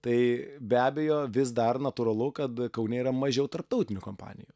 tai be abejo vis dar natūralu kad kaune yra mažiau tarptautinių kompanijų